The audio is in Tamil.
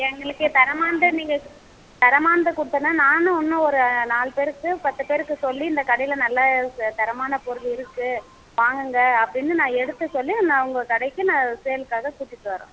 எங்களுக்கு தரமானதை நீங்கள் தரமானதை கொடுத்தனா நானும் இன்னும் ஒரு நாலு பேருக்கு பத்து பேருக்கு சொல்லி இந்த கடையில நல்லா தரமான பொருள் இருக்குது வாங்குங்க அப்படின்னு நான் எடுத்து சொல்லி நான் உங்கள் கடைக்கு நான் சேல்க்காக கூட்டிட்டு வரேன்